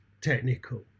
technical